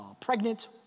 pregnant